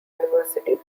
university